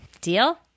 Deal